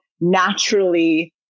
naturally